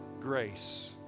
grace